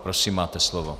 Prosím, máte slovo.